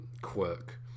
quirk